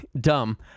dumb